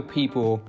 people